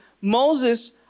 Moses